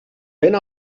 vent